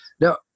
Now